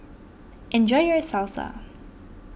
enjoy your Salsa